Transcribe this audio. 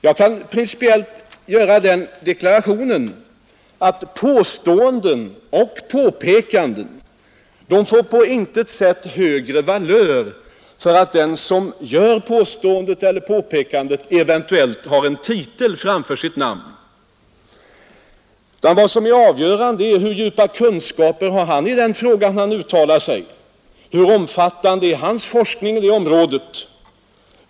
Jag kan principiellt göra den deklarationen, att påståenden och påpekanden får på intet sätt högre valör därför att den som framför påståendet eller påpekandet eventuellt har en titel framför sitt namn, Vad som är avgörande är: Hur djupa kunskaper har vederbörande i den fråga som han uttalar sig i? Hur omfattande är hans forskning på området?